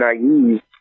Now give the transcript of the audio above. naive